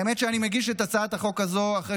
האמת היא שאני מגיש את הצעת החוק הזו אחרי